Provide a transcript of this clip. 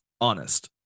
Honest